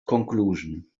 conclusion